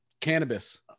cannabis